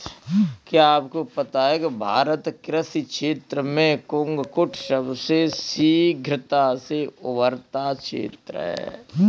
क्या आपको पता है भारत कृषि क्षेत्र में कुक्कुट सबसे शीघ्रता से उभरता क्षेत्र है?